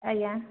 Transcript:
ଆଜ୍ଞା